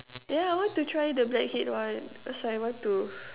yeah I want to try the blackhead one cause I want to